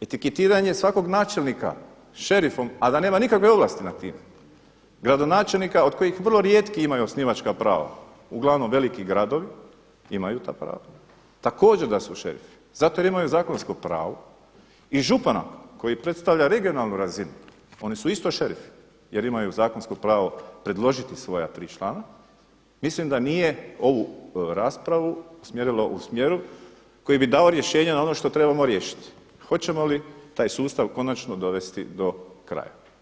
etiketiranje svakog načelnika šerifom a da nema nikakve ovlasti nad time, gradonačelnika od kojih vrlo rijetki imaju osnivačka prava, uglavnom veliki gradovi imaju ta prava također da su šerifi zato jer imaju zakonsko pravo, i župana koji predstavlja regionalnu razinu oni su isto šerifi jer imaju zakonsko pravo predložiti svoja tri člana mislim da nije ovu raspravu usmjerilo u smjeru koji bi dao rješenja na ono što trebamo riješiti hoćemo li taj sustav konačno dovesti do kraja.